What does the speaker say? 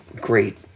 great